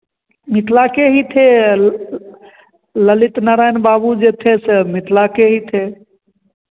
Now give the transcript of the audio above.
मिथला के ही थे ललित नारायण बाबू जे थे से मिथला के ही थे